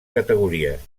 categories